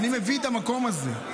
אני מביא את המקום הזה.